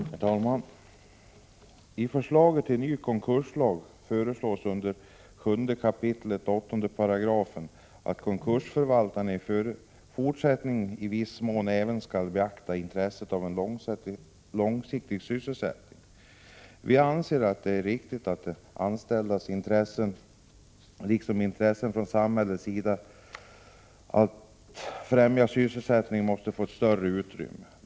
Herr talman! I förslaget till ny konkurslag föreslås under 7 kap. 8 § att konkursförvaltaren i fortsättningen i viss mån även skall beakta intresset av en långsiktig sysselsättning. Vi anser att det är riktigt att de anställdas intressen, liksom intresset från samhällets sida att främja sysselsättningen, får större utrymme.